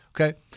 Okay